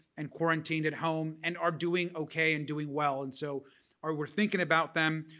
and quarantined at home, and are doing okay and doing well and so are we're thinking about them.